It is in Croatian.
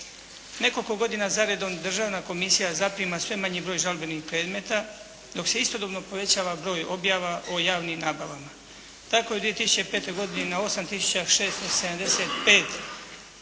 Nekoliko godina zaredom Državna komisija zaprima sve manji broj žalbenih predmeta, dok se istodobno povećava broj objava o javnim nabavama. Tako je 2005. godine i na 8